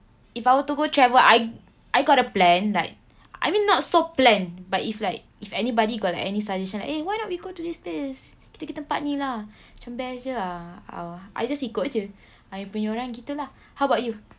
if I were to go travel I I got a plan like I mean not so plan but if like if anybody got any suggestion eh why not we go to this place pergi tempat ni lah macam best jer ah I just ikut jer ah you punya orang kita lah how about you